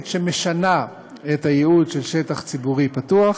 שמשנה את הייעוד של שטח ציבורי פתוח,